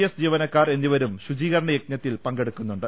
S ജീവനക്കാർ എന്നിവരും ശുചീ കരണയജ്ഞത്തിൽ പങ്കെടുക്കുന്നുണ്ട്